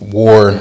war